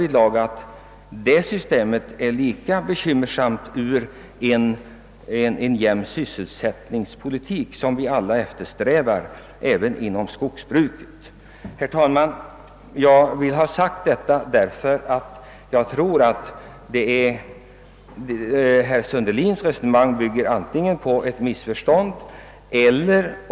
Med tanke på den jämna sysselsättning vi eftersträvar inom skogsbruket är det systemet bekymmersamt inom berörda områden när det gäller sysselsättningsfrågorna. Jag har velat säga detta därför att jag tror att herr Sundelin bygger sin uppfattning på ett missförstånd.